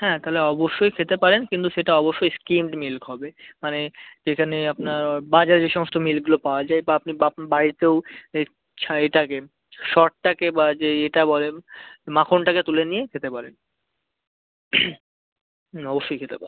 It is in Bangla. হ্যাঁ তাহলে অবশ্যই খেতে পারেন কিন্তু সেটা অবশ্যই স্কিমড মিল্ক হবে মানে যেখানে আপনার বাজারে যে সমস্ত মিল্কগুলো পাওয়া যায় বা আপনি বাপ বাড়িতেও ছাইটাকে সরটাকে বা যে এটা বলেন মাখনটাকে তুলে নিয়ে খেতে পারেন হুম অবশ্যই খেতে পারেন